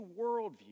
worldview